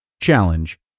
Challenge